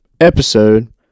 episode